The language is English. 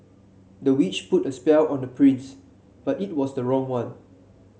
the witch put a spell on the prince but it was the wrong one